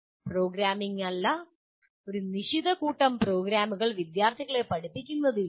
programming ലൂടെയല്ല ഒരു നിശ്ചിത പ്രോഗ്രാമുകൾ വിദ്യാർത്ഥികളെ പഠിപ്പിക്കുന്നതിലൂടെ